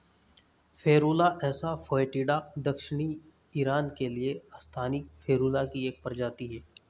Ferula asafoetida दक्षिणी Iran के लिए स्थानिक फेरुला की एक प्रजाति है